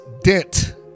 dent